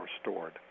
stored